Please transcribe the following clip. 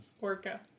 Orca